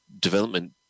development